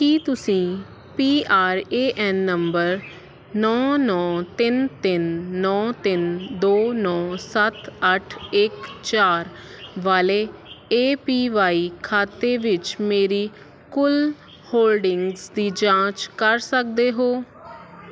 ਕੀ ਤੁਸੀਂ P R A N number ਨੌਂ ਨੌਂ ਤਿੰਨ ਤਿੰਨ ਨੌਂ ਤਿੰਨ ਦੋ ਨੌਂ ਸੱਤ ਅੱਠ ਇੱਕ ਚਾਰ ਵਾਲੇ ਏ ਪੀ ਵਾਏ ਖਾਤੇ ਵਿੱਚ ਮੇਰੀ ਕੁੱਲ ਹੋਲਡਿੰਗਜ਼ ਦੀ ਜਾਂਚ ਕਰ ਸਕਦੇ ਹੋ